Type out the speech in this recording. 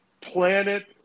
Planet